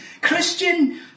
Christian